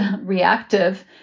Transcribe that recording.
reactive